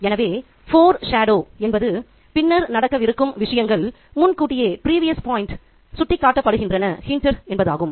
எனவே foreshadow என்பது பின்னர் நடக்கவிருக்கும் விஷயங்கள் முன்கூட்டியே சுட்டிக்காட்டப்படுகின்றன என்பதாகும்